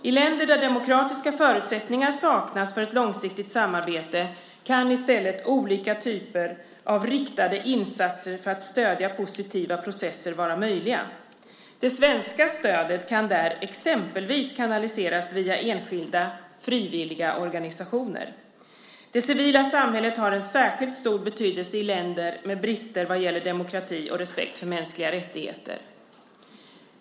I länder där demokratiska förutsättningar saknas för ett långsiktigt samarbete, kan i stället olika typer av riktade insatser för att stödja positiva processer vara möjliga. Det svenska stödet kan där exempelvis kanaliseras via enskilda frivilliga organisationer. Det civila samhället har en särskilt stor betydelse i länder med brister vad gäller demokrati och respekt för mänskliga rättigheter.